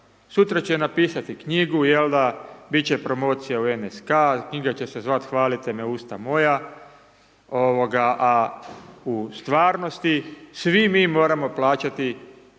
sutra će napisati knjigu jel da, bit će promocija u NSK, knjiga će se zvati Hvalite me usta moja, ovoga, a u stvarnosti svi mi moramo plaćati